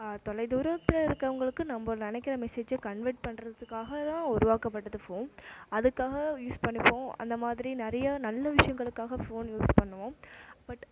தொலைதூரத்தில் இருக்கறவங்களுக்கு நம்ம நினைக்கிற மெசேஜாக கன்வட் பண்றதுக்காக உருவாக்கப்பட்டதா ஃபோன் அதுக்காக யூஸ் பண்ணிப்போம் அந்த மாதிரி நிறைய நல்ல விஷயங்களுக்காக ஃபோன் யூஸ் பண்ணுவோம் பட்